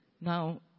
Now